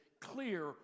clear